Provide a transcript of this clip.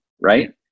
right